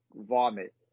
vomit